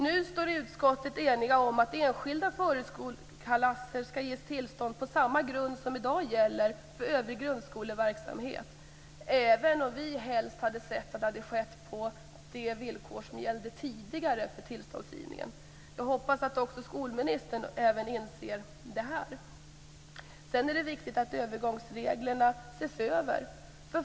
Nu står utskottet enigt när det gäller frågan om att enskilda förskoleklasser skall ges tillstånd på samma grund som i dag gäller för övrig grundskoleverksamhet, även om vi helst hade sett att det hade skett på de villkor som gällde tidigare för tillståndsgivningen. Jag hoppas att också skolministern även inser det här. Sedan är det viktigt att övergångsreglerna ses över.